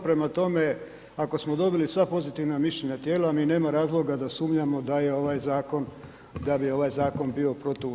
Prema tome, ako smo dobili sva pozitivna mišljenja tijela mi nema razloga da sumnjamo da je ovaj zakon, da bi ovaj zakon bio protuustavan.